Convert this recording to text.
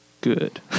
good